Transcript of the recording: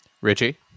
Richie